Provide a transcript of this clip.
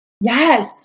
Yes